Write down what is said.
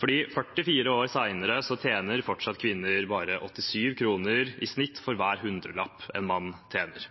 fordi 44 år senere tjener fortsatt kvinner bare 87 kroner i snitt for hver hundrelapp en mann tjener.